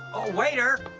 oh, waiter,